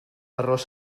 arròs